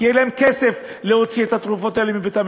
כי אין להם כסף להוציא את התרופות האלה מבית-המרקחת.